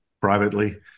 privately